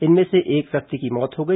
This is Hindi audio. इनमें से एक व्यक्ति की मौत हो गई